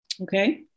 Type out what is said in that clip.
Okay